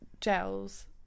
gels